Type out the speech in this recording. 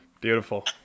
Beautiful